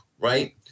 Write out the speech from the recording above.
right